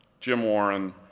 jim warren,